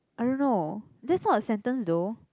I don't know that's not a sentence though